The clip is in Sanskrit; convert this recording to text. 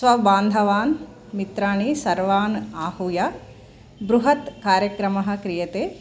स्वबान्धवान् मित्राणि सर्वान् आहूय बृहत् कार्यक्रमः क्रियते